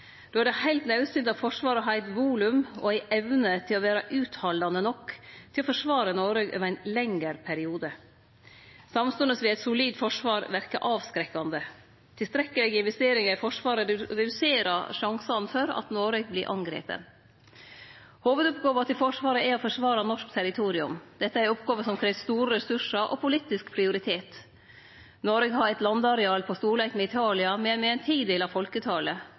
Då er det heilt naudsynt at Forsvaret har eit volum og ei evne til å vere uthaldande nok til å forsvare Noreg over ein lengre periode. Samstundes vil eit solid forsvar verke avskrekkande. Tilstrekkelege investeringar i Forsvaret reduserer sjansen for at Noreg vert angripe. Hovudoppgåva til Forsvaret er å forsvare norsk territorium. Dette er ei oppgåve som krev store ressursar og politisk prioritet. Noreg har eit landareal på storleik med Italia, men med ein tidel av folketalet,